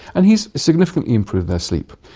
and he has significantly improved their sleep,